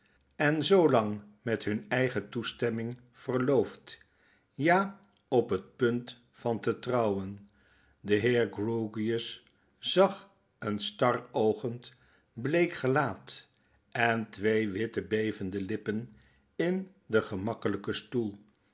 en zoo lang met limine eigen toestemming verloofd ja op het punt van te trouwen de heer grewgious zag een staroogend bleek gelaat en twee witte bevende lippen in den gemakkeljjken stoel